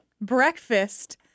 breakfast